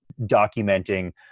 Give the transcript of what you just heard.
documenting